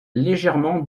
légèrement